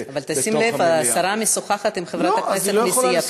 אבל שים לב השרה משוחחת עם חברת כנסת מסיעתך.